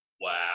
Wow